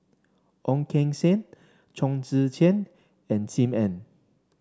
Ong Keng Sen Chong Tze Chien and Sim Ann